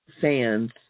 fans